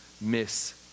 miss